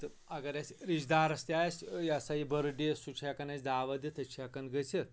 تہٕ اگر اَسہِ رِشتہٕ دارَس تہِ آسہِ یہِ ہَسا یہِ بٔرٕڑڈے سُہ چھِ ہٮ۪کَان اَسہِ دعوت دِتھ أسۍ چھِ ہٮ۪کَان گٔژِھتھ